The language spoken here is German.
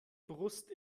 brust